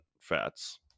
fats